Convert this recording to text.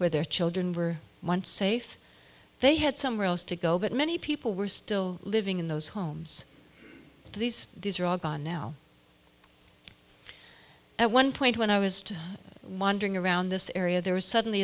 where their children were safe they had somewhere else to go but many people were still living in those homes these these are all gone now at one point when i was wondering around this area there was suddenly